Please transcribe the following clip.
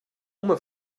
oma